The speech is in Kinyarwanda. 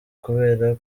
kubera